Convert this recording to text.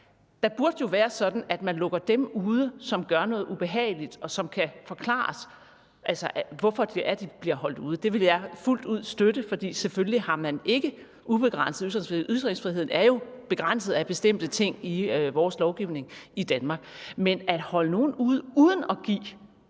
Det burde jo være sådan, at man lukker dem ude, som gør noget ubehageligt, og som man kan forklare, hvorfor det er, at de bliver holdt ude. Det vil jeg fuldt ud støtte, for selvfølgelig har man ikke ubegrænset ytringsfrihed. Ytringsfriheden er jo begrænset af bestemte ting i vores lovgivning i Danmark. Men at holde nogle ude uden at give